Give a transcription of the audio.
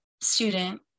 student